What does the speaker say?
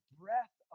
breath